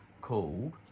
called